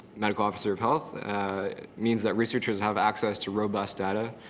medical officer of health means that researchers have access to robust data,